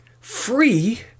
free